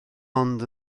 ond